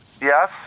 yes